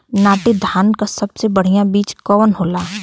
नाटी धान क सबसे बढ़िया बीज कवन होला?